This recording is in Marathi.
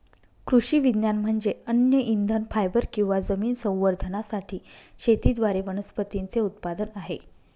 कृषी विज्ञान म्हणजे अन्न इंधन फायबर किंवा जमीन संवर्धनासाठी शेतीद्वारे वनस्पतींचे उत्पादन आहे